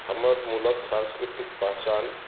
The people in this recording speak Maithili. हमर मूलक सांस्कृतिक पहचान